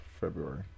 February